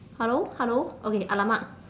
hello hello okay !alamak!